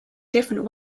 different